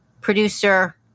producer